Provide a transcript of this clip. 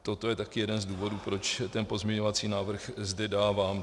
Toto je taky jeden z důvodů, proč ten pozměňovací návrh zde dávám.